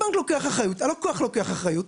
הבנק לוקח אחריות, הלקוח לוקח אחריות,